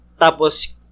tapos